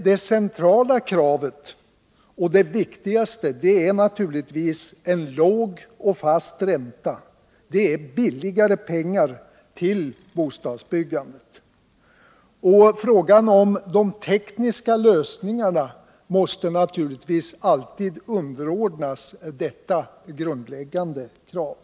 Det centrala kravet och det viktigaste är naturligtvis en låg och fast ränta, billigare pengar till bostadsbyggandet. Frågan om de tekniska lösningarna måste naturligtvis alltid underordnas detta grundläggande krav.